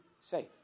safe